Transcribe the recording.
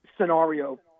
scenario